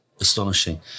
astonishing